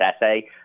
essay